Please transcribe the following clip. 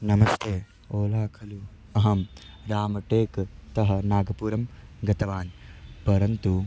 नमस्ते ओला खलु अहं रामटेक् तः नागपुरं गतवान् परन्तु